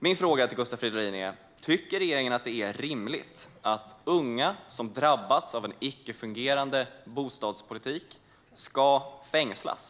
Min fråga till Gustav Fridolin är: Tycker regeringen att det är rimligt att unga som drabbats av en icke-fungerande bostadspolitik ska fängslas?